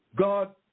God